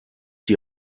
die